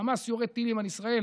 חמאס יורה טילים על ישראל